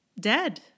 dead